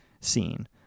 scene